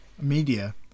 media